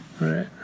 Right